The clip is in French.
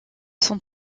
sont